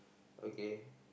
okay